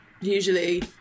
usually